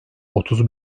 otuz